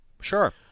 Sure